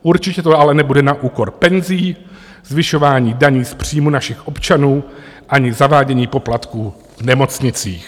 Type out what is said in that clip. Určitě to ale nebude na úkor penzí, zvyšování daní z příjmu našich občanů ani zavádění poplatků v nemocnicích.